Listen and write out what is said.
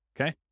okay